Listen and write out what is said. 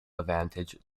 advantage